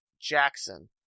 Jackson